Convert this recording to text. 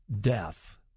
death